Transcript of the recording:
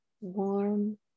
warm